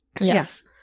Yes